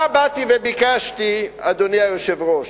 מה באתי וביקשתי, אדוני היושב-ראש?